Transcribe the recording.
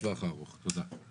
לטווח הארוך, תודה.